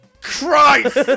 Christ